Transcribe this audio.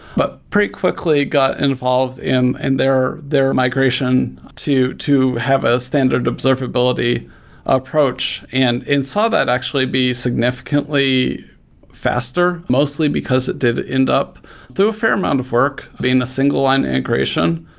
but pretty quickly got involved in and their their migration to to have a standard observability approach, and saw that actually be significantly faster, mostly because it did end up through a fair amount of work being a single line integration.